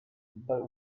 but